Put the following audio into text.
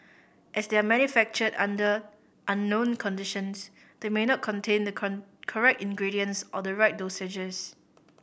as they are manufactured under unknown conditions they may not contain the correct ingredients or the right dosages